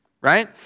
Right